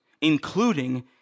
including